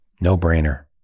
no-brainer